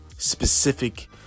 specific